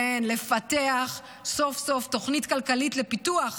כן, לפתח סוף-סוף תוכנית כלכלית לפיתוח,